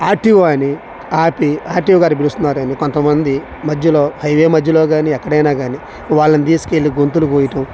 are T O అని ఆపి T O గారు పిలుస్తున్నారని కొంతమంది మధ్యలో హైవే మధ్యలో కాని ఎక్కడైనా కాని వాళ్ళని తీసుకెళ్ళి గొంతులు కోయటం